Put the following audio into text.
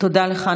תודה לך.